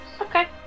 Okay